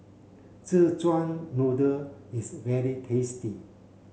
Szechuan noodle is very tasty